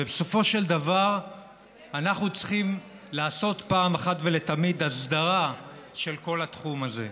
בסופו של דבר אנחנו צריכים לעשות אחת ולתמיד הסדרה של כל התחום הזה.